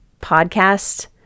podcast